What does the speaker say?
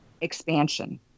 expansion